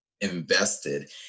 invested